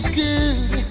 good